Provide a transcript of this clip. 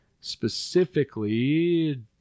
Specifically